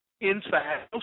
inside